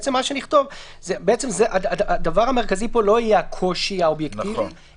נכתוב שלמעשה הדבר המרכזי פה לא יהיה הקושי האובייקטיבי